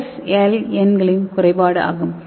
SLN களின் குறைபாடு ஆகும்